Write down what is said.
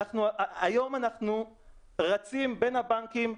היום אנחנו רצים בין הבנקים.